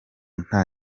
nta